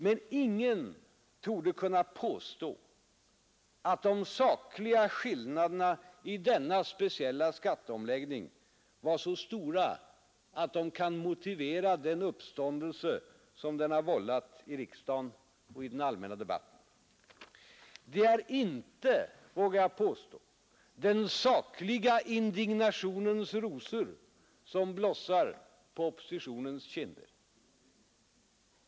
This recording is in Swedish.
Men ingen torde kunna påstå att de sakliga skillnaderna i denna speciella skatteomläggning var så stora att de kan motivera den uppståndelse som den har vållat i riksdagen och den allmänna debatten. Det är inte, vågar jag påstå, den sakliga indignationens rosor som blossar på oppositionens kinder.